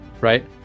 Right